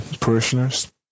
parishioners